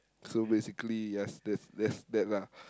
so basically yes that's that's that lah